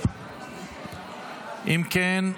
אם כן,